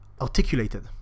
articulated